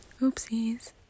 oopsies